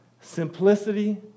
simplicity